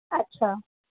अच्छा